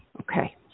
okay